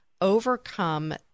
overcome